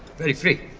very free.